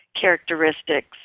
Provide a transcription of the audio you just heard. characteristics